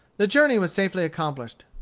the journey was safely accomplished.